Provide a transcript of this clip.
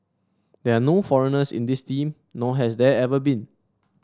there are no foreigners in this team nor has there ever been